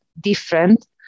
different